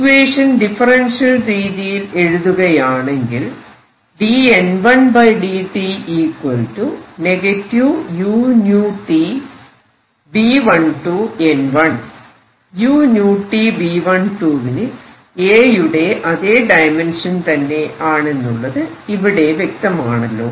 equation differential രീതിയിൽ എഴുതുകയാണെങ്കിൽ uTB12 വിന് A യുടെ അതെ ഡയമെൻഷൻ തന്നെ ആണെന്നുള്ളത് ഇവിടെ വ്യക്തമാണല്ലോ